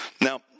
Now